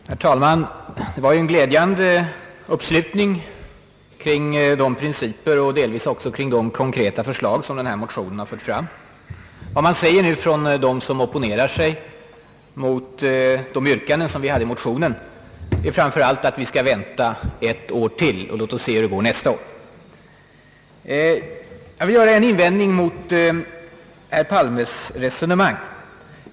Herr talman! Det blev en glädjande uppslutning kring de principer och delvis också kring de konkreta förslag som denna motion har fört fram. De som opponerar sig mot vårt motionsyrkande säger nu att vi skall vänta ett år till och se hur det går nästa år. Jag vill göra en invändning mot herr Palmes resonemang.